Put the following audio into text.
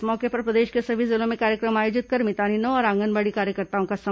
इस मौके पर प्रदेश के सभी जिलों में कार्यक्रम आयोजित कर मितानिनों और आंगनबाड़ी कार्यकर्ताओं का सम्मान किया गया